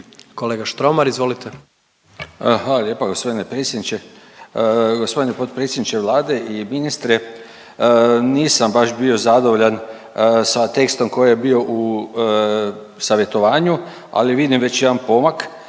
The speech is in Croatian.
Predrag (HNS)** Hvala lijepa g. predsjedniče. Gospodine potpredsjedniče Vlade i ministre. Nisam baš bio zadovoljan sa tekstom koji je bio u savjetovanju, ali vidim već jedan pomak,